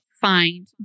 find